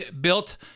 built